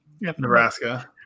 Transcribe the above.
Nebraska